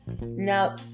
Now